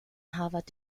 harvard